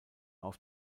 auf